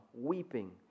weeping